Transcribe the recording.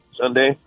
Sunday